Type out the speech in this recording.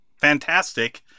fantastic